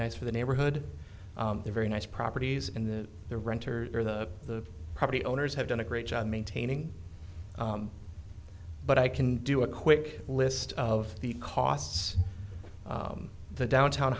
nice for the neighborhood they're very nice properties in the the renters are the the property owners have done a great job maintaining but i can do a quick list of the costs the down town